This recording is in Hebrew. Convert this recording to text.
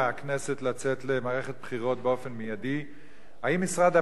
לגבי משרד